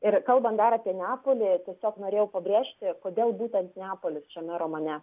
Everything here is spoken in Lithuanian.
ir kalbant dar apie neapolį tiesiog norėjau pabrėžti kodėl būtent neapolis šiame romane